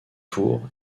tours